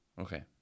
Okay